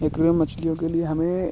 aquarium मछलियों के लिए हमें